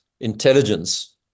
intelligence